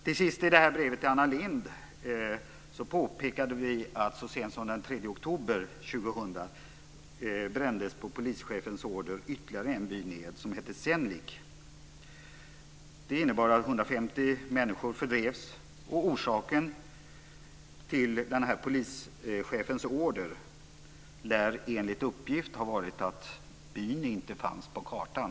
Till sist i detta brev till Anna Lindh påpekade vi att ytterligare en by, som hette Cenlik, så sent som den 3 oktober 2000 brändes ned på polischefens order. Det innebar att 150 människor fördrevs. Orsaken till denna polischefs order lär enligt uppgift ha varit att byn inte fanns på kartan.